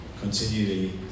continually